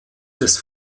des